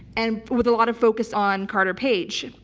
and with a lot of focus on carter page.